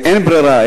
אין ברירה,